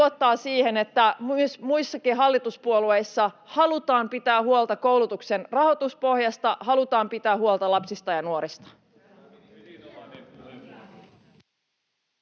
luottaa siihen, että myös muissakin hallituspuolueissa halutaan pitää huolta koulutuksen rahoituspohjasta ja halutaan pitää huolta lapsista ja nuorista.